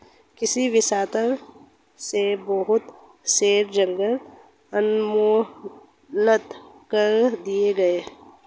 कृषि विस्तार से बहुत सारे जंगल उन्मूलित कर दिए गए